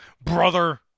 brother